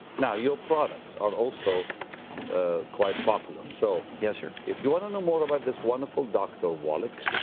now, your products are also ah quite popular, so. yes, sir. if you want to know more about this wonderful dr. wallach,